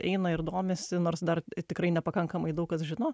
eina ir domisi nors dar tikrai nepakankamai daug kas žino